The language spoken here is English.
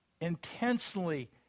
intensely